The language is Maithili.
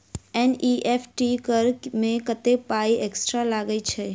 एन.ई.एफ.टी करऽ मे कत्तेक पाई एक्स्ट्रा लागई छई?